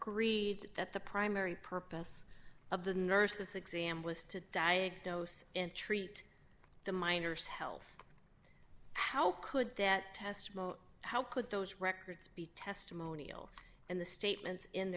for that the primary purpose of the nurses exam was to diagnose and treat the miners health how could that test how could those records be testimonial and the statements